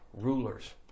rulers